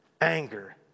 anger